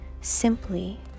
simply